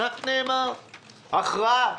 כך נאמר הכרעה.